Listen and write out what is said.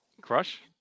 Crush